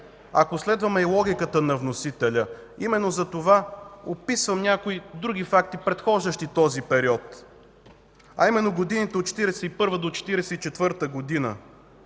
Ако следваме и логиката на вносителя, именно затова описвам някои други факти, предхождащи този период, а именно годините от 1941 до 1944 г.